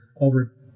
over